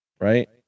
Right